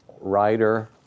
writer